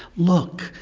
look,